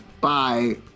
bye